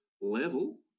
level